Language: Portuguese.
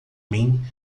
mim